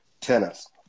tennis